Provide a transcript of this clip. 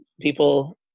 people